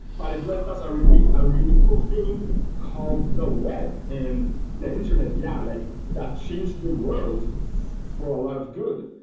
but it left us ah a ah really cool thing called the web and the internet. yeah, like that changed the world for a lot of good.